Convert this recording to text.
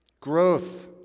growth